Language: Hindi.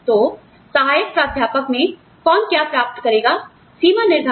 तो सहायक प्राध्यापक में कौन क्या प्राप्त करेगा आपको पता है सीमा निर्धारित है